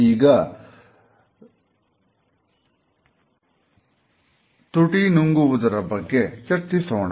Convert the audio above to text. ಈಗ ತುಟಿ ನುಂಗುವುದರ ಬಗ್ಗೆ ಚರ್ಚಿಸೋಣ